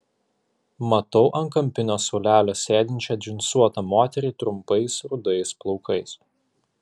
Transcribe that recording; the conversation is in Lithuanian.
matau ant kampinio suolelio sėdinčią džinsuotą moterį trumpais rudais plaukais